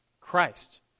Christ